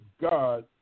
God